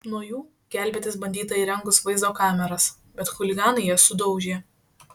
nuo jų gelbėtis bandyta įrengus vaizdo kameras bet chuliganai jas sudaužė